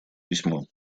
письмо